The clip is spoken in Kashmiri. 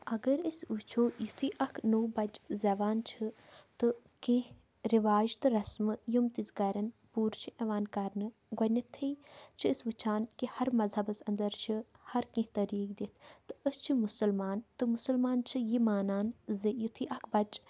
اَگر أسۍ وٕچھو یُتھُے اَکھ نوٚو بَچہٕ زٮ۪وان چھِ تہٕ کیٚنٛہہ رِواج تہٕ رَسمہٕ یِم تِژھ گَرٮ۪ن پوٗرٕ چھِ اِوان کَرنہٕ گۄڈٕنٮ۪تھٕے چھِ أسۍ وٕچھان کہِ ہَر مَذہَبَس انٛدَر چھِ ہَر کیٚنٛہہ طریٖقہ دِتھ تہٕ أسۍ چھِ مُسلمان تہٕ مُسلمان چھِ یہِ مانان زِ یُتھُے اَکھ بَچہٕ